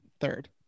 third